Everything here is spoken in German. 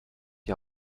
die